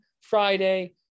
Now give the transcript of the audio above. Friday